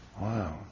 Wow